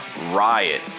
Riot